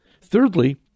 Thirdly